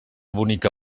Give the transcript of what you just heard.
bonica